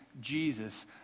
Jesus